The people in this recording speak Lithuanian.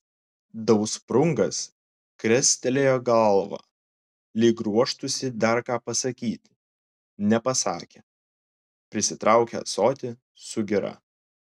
dausprungas krestelėjo galvą lyg ruoštųsi dar ką pasakyti nepasakė prisitraukė ąsotį su gira